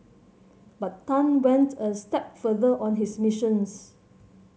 but Tan went a step further on his missions